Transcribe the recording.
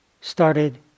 started